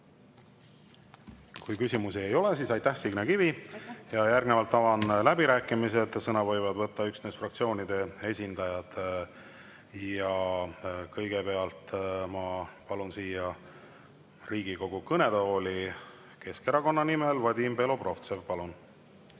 Kui küsimusi ei ole, siis aitäh, Signe Kivi! Järgnevalt avan läbirääkimised. Sõna võivad võtta üksnes fraktsioonide esindajad. Kõigepealt ma palun siia Riigikogu kõnetooli Keskerakonna nimel Vadim Belobrovtsevi. Palun!